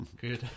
good